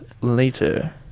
later